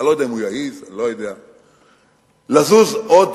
אני לא יודע אם הוא יעז, לזוז עוד